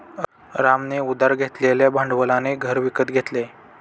रामने उधार घेतलेल्या भांडवलाने घर विकत घेतले